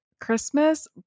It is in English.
Christmas